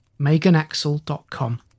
meganaxel.com